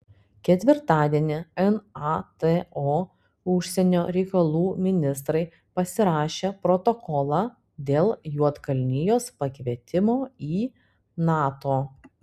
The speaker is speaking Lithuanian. ketvirtadienį nato užsienio reikalų ministrai pasirašė protokolą dėl juodkalnijos pakvietimo į nato